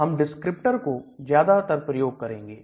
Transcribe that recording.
हम डिस्क्रिप्टर को ज्यादातर प्रयोग करेंगे